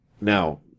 Now